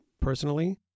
personally